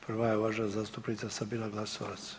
Prva je uvažena zastupnica Sabina Glasovac.